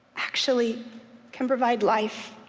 actually can provide life